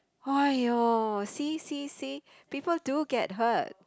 !aiyo! see see see people do get hurt